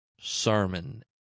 sermon